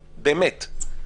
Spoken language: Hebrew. באמת.